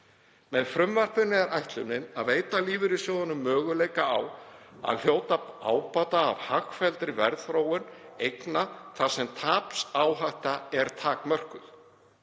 Með frumvarpinu er ætlunin að veita lífeyrissjóðum möguleika á að hljóta ábata af hagfelldri verðþróun eigna þar sem tapsáhætta er takmörkuð.